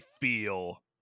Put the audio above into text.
feel